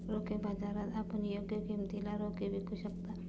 रोखे बाजारात आपण योग्य किमतीला रोखे विकू शकता